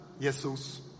Jesus